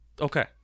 Okay